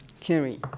Carry